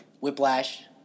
Whiplash